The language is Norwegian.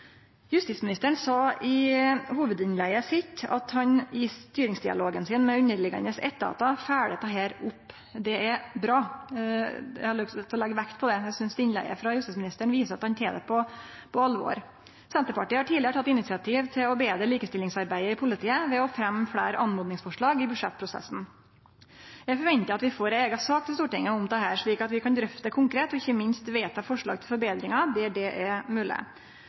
Justisministeren sa i hovudinnlegget sitt at han i styringsdialogen med underliggjande etatar følgjer dette opp. Det er bra. Eg har lyst til å leggje vekt på det. Eg synest innlegget frå justisministeren viser at han tek det på alvor. Senterpartiet har tidlegare teke initiativ til å betre likestillingsarbeidet i politiet ved å fremje fleire oppmodingsforslag i budsjettprosessen. Eg forventar at vi får ei eiga sak til Stortinget om dette, slik at vi kan drøfte det konkret og ikkje minst vedta forslag til forbetringar der det er